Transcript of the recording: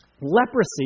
leprosy